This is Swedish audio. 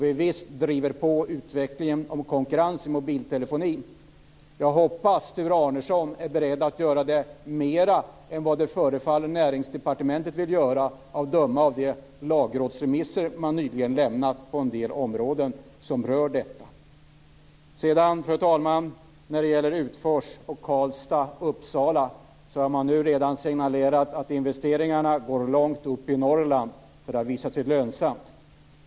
Vi driver visst på utvecklingen för konkurrens inom mobiltelefonin. Jag hoppas att Sture Arnesson är beredd att göra det mer än Näringsdepartementet förefaller vilja göra, att döma av de lagrådsremisser man nyligen lämnat på en del områden som rör detta. Fru talman! När det gäller Utfors och Karlstad Uppsala har man redan signalerat att investeringarna går långt upp i Norrland, därför att det har visat sig lönsamt.